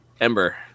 Ember